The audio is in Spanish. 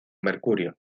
mercurio